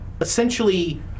essentially